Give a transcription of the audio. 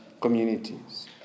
communities